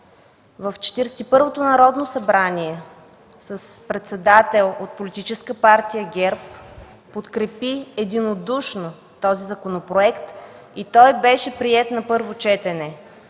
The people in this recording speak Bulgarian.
първото Народно събрание с председател от Политическа партия ГЕРБ подкрепи единодушно този законопроект и той беше приет на първо четене.